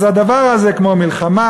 אז הדבר הזה כמו מלחמה,